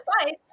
advice